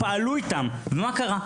פעלו איתם ומה קרה?